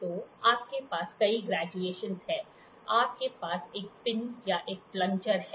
तो आपके पास कई ग्रेडयूएशंस हैं आपके पास एक पिन या एक प्लंजर है